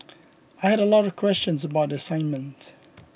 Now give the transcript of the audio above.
I had a lot of questions about the assignment